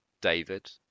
David